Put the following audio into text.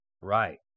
Right